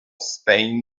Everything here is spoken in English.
spain